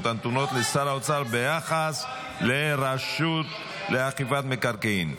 הנתונות לשר האוצר ביחס לרשות לאכיפת מקרקעין.